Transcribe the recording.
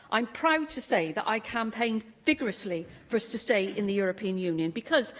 i'm proud to say that i campaigned vigorously for us to stay in the european union because,